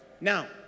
now